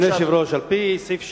אדוני היושב-ראש, בסעיף 6(א)